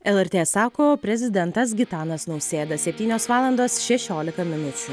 lrt sako prezidentas gitanas nausėda septynios valandos šešiolika minučių